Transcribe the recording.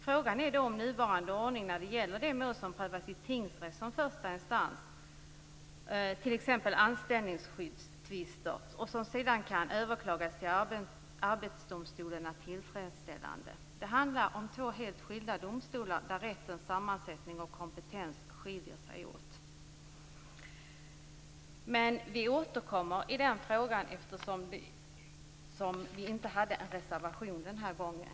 Frågan är då om nuvarande ordning när det gäller de mål som prövas i tingsrätt som första instans, t.ex. anställningsskyddstvister, och som sedan kan överklagas till Arbetsdomstolen är tillfredsställande. Det handlar om två helt skilda domstolar där rättens sammansättning och kompetens skiljer sig åt. Men vi återkommer i den frågan eftersom vi inte hade en reservation den här gången.